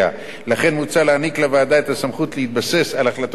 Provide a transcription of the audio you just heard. מוצע להעניק לוועדה את הסמכות להתבסס על החלטות מועצת הביטחון